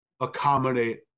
accommodate